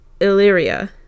Illyria